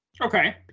okay